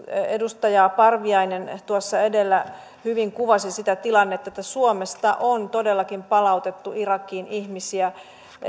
edustaja parviainen tuossa edellä hyvin kuvasi sitä tilannetta että suomesta on todellakin palautettu irakiin ihmisiä